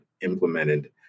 implemented